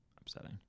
upsetting